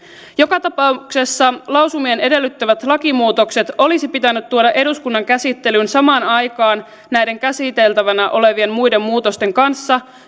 joka tapauksessa lausumien edellyttämät lakimuutokset olisi pitänyt tuoda eduskunnan käsittelyyn samaan aikaan näiden käsiteltävänä olevien muiden muutosten kanssa